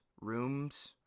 rooms